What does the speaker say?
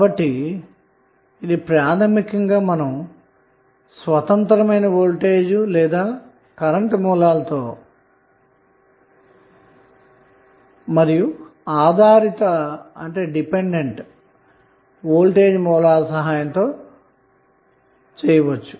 కాబట్టి ప్రాథమికంగా మనం స్వతంత్రమైన వోల్టేజ్ లేదా కరెంటు సోర్స్ లు మరియు ఆధారిత వోల్టేజ్ సోర్స్ ల సహాయంతో చేస్తున్నాము